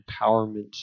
empowerment